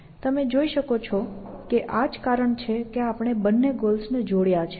તમે જોઈ શકો છો કે આ જ કારણ છે આપણે બંને ગોલ્સને જોડ્યા છે